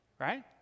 right